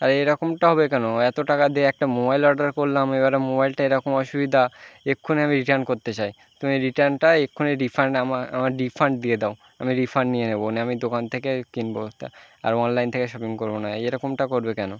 এরকমটা হবে কেন এত টাকা দিয়ে একটা মোবাইল অর্ডার করলাম এবারে মোবাইলটা এরকম অসুবিধা এক্ষুনি আমি রিটার্ন করতে চাই তুমি রিটার্নটা এক্ষুনি রিফান্ড আমার আমার রিফান্ড দিয়ে দাও আমি রিফান্ড নিয়ে নেবো আমি দোকান থেকে কিনবো তা আর অনলাইন থেকে শপিং করবো না এরকমটা করবে কেনো